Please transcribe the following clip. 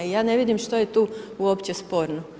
I ja ne vidim što je tu uopće sporno.